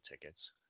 tickets